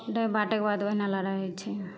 उधर बाँटेके बाद ओहिना लड़ाइ होइत छै ने